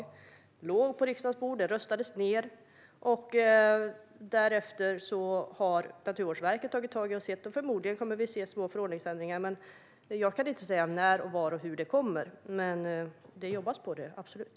Det låg på riksdagens bord, men det röstades ned. Därefter har Naturvårdsverket tagit tag i det. Förmodligen kommer vi att se små förordningsändringar, men jag kan inte säga när, var och hur de kommer. Men det jobbas på det - absolut.